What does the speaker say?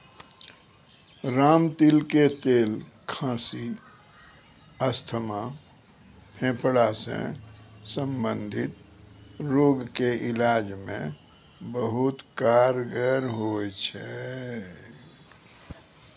रामतिल के तेल खांसी, अस्थमा, फेफड़ा सॅ संबंधित रोग के इलाज मॅ बहुत कारगर होय छै